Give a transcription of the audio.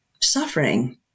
suffering